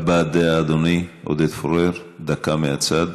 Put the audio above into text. אדוני, עודד פורר, דקה מהצד,